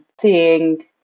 seeing